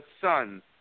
son